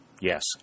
Yes